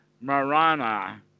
Marana